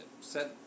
Set